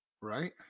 Right